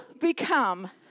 become